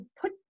put